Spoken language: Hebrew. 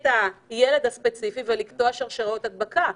הילד הספציפי ולקטוע את שרשראות ההדבקה.